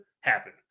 Happen